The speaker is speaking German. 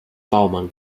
baumann